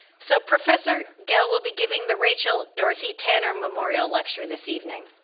so professor gehl will be giving the rachel dorothy tanner memorial lecture this evening.